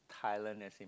Thailand as in